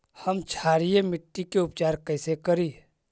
हम क्षारीय मिट्टी के उपचार कैसे करी?